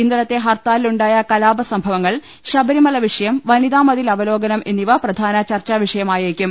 ഇന്നലത്തെ ഹർത്താലിലുണ്ടായ കലാപ സംഭവങ്ങൾ ശബരിമല വിഷയം വനിതാമതിൽ അവലോകനം എന്നിവ പ്രധാന ചർച്ചാവിഷയമായേക്കും